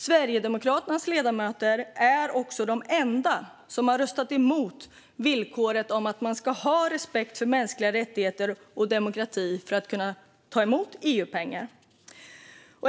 Sverigedemokraternas ledamöter är också de enda som har röstat emot villkoret att man ska ha respekt för mänskliga rättigheter och demokrati för att kunna ta emot EU-pengar.